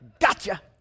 Gotcha